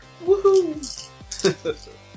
Woohoo